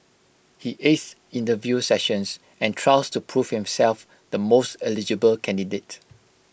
he aced interview sessions and trials to prove himself the most eligible candidate